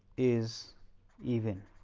is even.